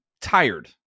tired